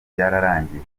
byararangiye